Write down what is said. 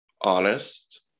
honest